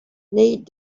need